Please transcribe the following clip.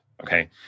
okay